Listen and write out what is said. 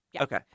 Okay